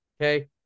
Okay